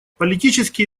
политические